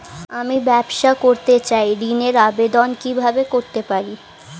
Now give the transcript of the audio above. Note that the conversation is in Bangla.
আমি ব্যবসা করতে চাই ঋণের আবেদন কিভাবে করতে পারি?